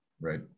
Right